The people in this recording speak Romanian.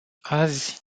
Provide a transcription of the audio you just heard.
azi